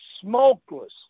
smokeless